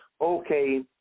okay